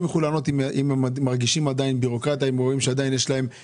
הם יוכלו להגיד אם הם עדיין מרגישים את הבירוקרטיה ואת הפערים.